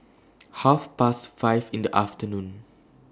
Half Past five in The afternoon